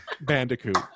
Bandicoot